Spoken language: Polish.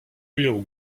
ujął